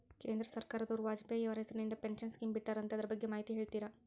ಕೇಂದ್ರ ಸರ್ಕಾರದವರು ವಾಜಪೇಯಿ ಅವರ ಹೆಸರಿಂದ ಪೆನ್ಶನ್ ಸ್ಕೇಮ್ ಬಿಟ್ಟಾರಂತೆ ಅದರ ಬಗ್ಗೆ ಮಾಹಿತಿ ಹೇಳ್ತೇರಾ?